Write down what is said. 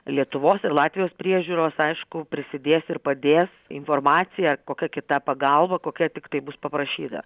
lietuvos ir latvijos priežiūros aišku prisidės ir padės informacija kokia kita pagalba kokia tiktai bus paprašyta